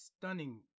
stunning